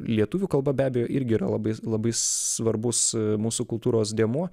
lietuvių kalba be abejo irgi yra labai labai svarbus mūsų kultūros dėmuo